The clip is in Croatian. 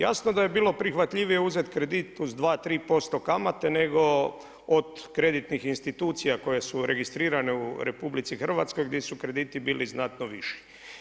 Jasno da je bilo prihvatljivije uzeti kredit uz 2, 3% kamate nego od kreditnih institucija koje su registrirane u RH gdje su krediti bili znatno viši.